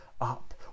up